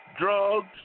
Drugs